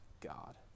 God